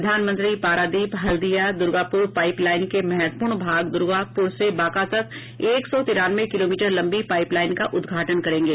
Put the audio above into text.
प्रधानमंत्री पारादीप हल्दिया दुर्गापुर पाइपलाइन के महत्वपूर्ण भाग दुर्गापुर से बांका तक एक सौ तिरानवे किलोमीटर लंबी पाइपलाईन का उद्घाटन करेंगे